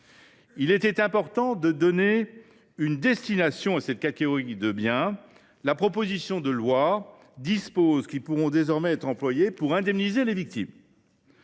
Il était important de donner une affectation à cette catégorie de biens : la proposition de loi prévoit qu’ils pourront désormais être employés pour indemniser les victimes.